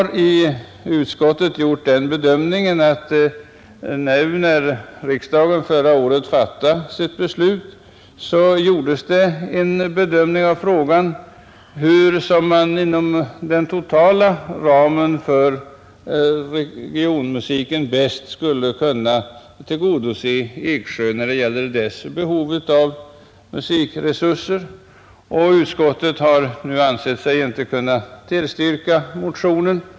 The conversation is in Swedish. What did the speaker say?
Utskottet erinrar om att när riksdagen förra året fattade sitt beslut gjordes det en bedömning av frågan hur man inom den totala ramen för regionmusiken bäst skulle kunna tillgodose Eksjös behov av musikresurser, Därför har utskottet inte nu ansett sig kunna tillstyrka motionen.